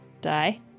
die